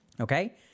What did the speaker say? okay